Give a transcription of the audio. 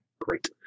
great